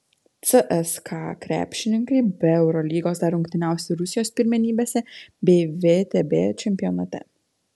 cska krepšininkai be eurolygos dar rungtyniaus ir rusijos pirmenybėse bei vtb čempionate